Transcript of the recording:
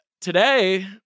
today